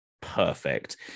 perfect